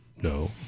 No